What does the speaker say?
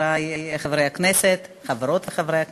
חברי חברי הכנסת, חברות וחברי הכנסת,